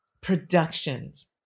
productions